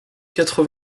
quatre